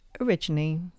originally